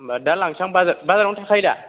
होमबा दा लांसां बाजाराव बाजारावनो थाखायो दा